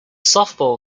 softball